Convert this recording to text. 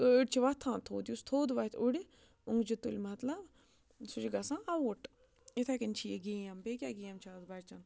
أڑۍ چھِ وۄتھان تھوٚد یُس تھوٚد وۄتھہِ اُڑِ اوٚنٛگجہِ تُلہِ مطلب سُہ چھِ گژھان آوُٹ یِتھَے کٔنۍ چھِ یہِ گیم بیٚیہِ کیٛاہ گیم چھِ آز بَچن